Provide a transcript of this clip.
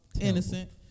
Innocent